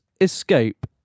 Escape